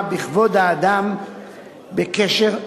ואפשר לחשוב שכל תושבי קריית-מלאכי,